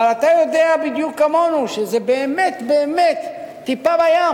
אבל אתה יודע בדיוק כמונו שזו באמת באמת טיפה בים.